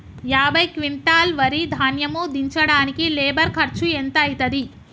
యాభై క్వింటాల్ వరి ధాన్యము దించడానికి లేబర్ ఖర్చు ఎంత అయితది?